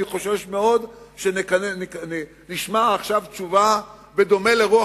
אני חושש מאוד שנשמע עכשיו תשובה דומה לרוח